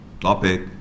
topic